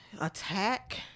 attack